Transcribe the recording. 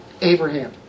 Abraham